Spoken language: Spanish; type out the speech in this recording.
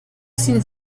sin